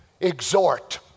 Exhort